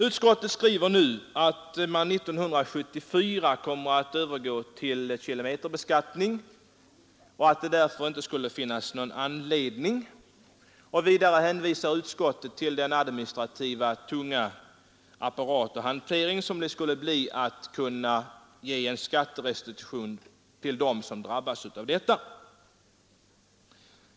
Utskottet skriver nu att vi 1974 kommer att övergå till kilometerbeskattning och att det därför inte skulle finnas anledning att införa en skatterestitution. Vidare hänvisar utskottet till att en sådan skulle medföra en tung administrativ apparat.